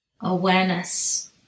awareness